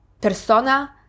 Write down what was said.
persona